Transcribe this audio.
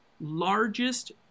largest